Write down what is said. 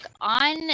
on